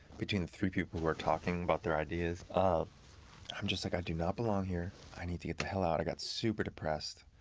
between three people who were talking about their ideas. um i'm just like, i do not belong here, i need to get the hell out. i got super depressed,